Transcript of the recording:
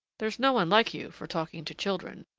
there's no one like you for talking to children,